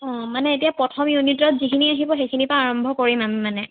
অঁ মানে এতিয়া প্ৰথম ইউনিটত যিখিনি আহিব সেইখিনিৰ পৰা আৰম্ভ কৰিম আমি মানে